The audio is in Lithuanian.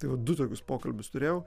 tai vat du tokius pokalbius turėjau